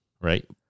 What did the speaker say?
right